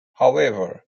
however